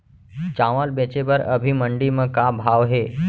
चांवल बेचे बर अभी मंडी म का भाव हे?